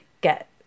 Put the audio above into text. get